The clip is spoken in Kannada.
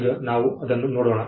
ಈಗ ನಾವು ಅದನ್ನು ನೋಡೋಣ